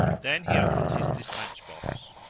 then he opened his dispatch-box.